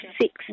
six